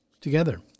Together